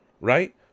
right